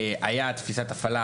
היה תפיסת הפעלה